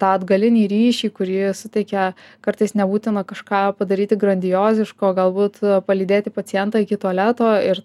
tą atgalinį ryšį kurį suteikia kartais nebūtina kažką padaryti grandioziško galbūt palydėti pacientą iki tualeto ir